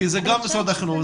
כי זה גם משרד החינוך,